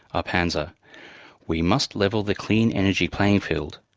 arpansa. we must level the clean energy playing field.